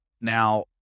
Now